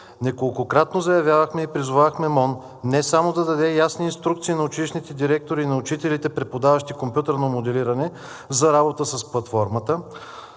Неколкократно заявявахме и призовавахме МОН не само да даде ясни инструкции на училищните директори и на учителите, преподаващи компютърно моделиране, за работа с платформата,